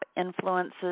influences